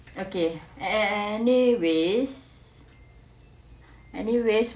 okay anyways anyways